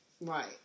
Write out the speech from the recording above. Right